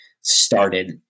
started